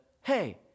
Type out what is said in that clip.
hey